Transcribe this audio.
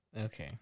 Okay